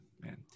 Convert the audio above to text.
man